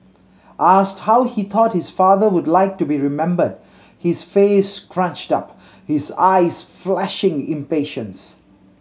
asked how he thought his father would like to be remembered his face scrunched up his eyes flashing impatience